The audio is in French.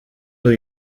new